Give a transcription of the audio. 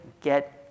get